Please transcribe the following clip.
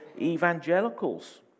evangelicals